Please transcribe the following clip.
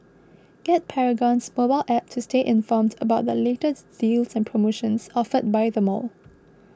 get Paragon's mobile app to stay informed about the latest deals and promotions offered by the mall